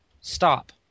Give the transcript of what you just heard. Stop